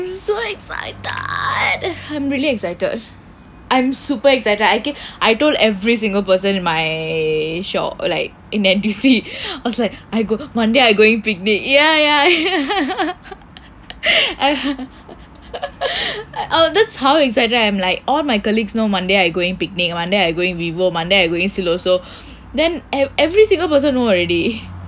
I'm so excited I'm really excited I'm super excited I told every single person in my shop like in N_T_U_C I say monday I going picnic ya ya that's how excited I'm like all my colleagues know monday I going picnic monday I going vivo monday I going siloso then every single person know already